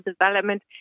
development